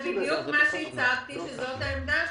זה בדיוק מה שהצגתי, וזאת העמדה שלנו.